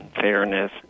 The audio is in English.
fairness